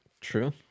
True